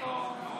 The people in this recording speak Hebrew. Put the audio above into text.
אבל הוא פנה אליו.